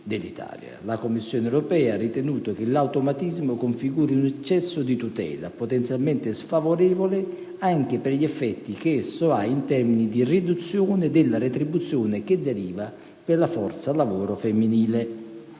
la Commissione europea ha ritenuto che l'automatismo configuri un eccesso di tutela, potenzialmente sfavorevole anche per gli effetti che esso ha in termini di riduzione della retribuzione che ne deriva per la forza lavoro femminile.